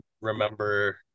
remember